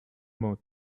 more